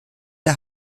der